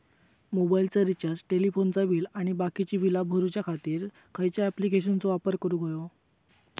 मोबाईलाचा रिचार्ज टेलिफोनाचा बिल आणि बाकीची बिला भरूच्या खातीर खयच्या ॲप्लिकेशनाचो वापर करूक होयो?